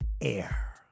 air